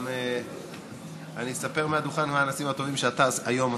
גם אני אספר מהדוכן מהם המעשים הטובים שאתה היום עשית.